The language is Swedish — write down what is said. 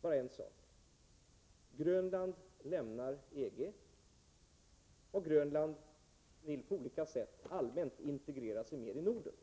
bara en sak. Grönland lämnar EG, och Grönland vill på olika sätt allmänt integrera sig med Norden.